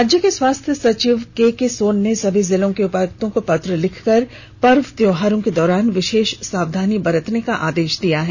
राज्य के स्वास्थ्य सचिव के के सोन ने सभी जिलों के उपायुक्त को पत्र लिखकर पर्व त्योहारों के दौरान विशेष सावधानी बरतने का आदेश दिया है